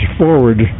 forward